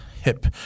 hip